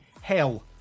hell